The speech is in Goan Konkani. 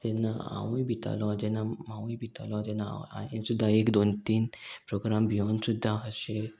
जेन्ना हांवूय भितालो जेन्ना हांवूय भितालो तेन्ना हांव हांयेन सुद्दां एक दोन तीन प्रोग्राम भियोन सुद्दां अशें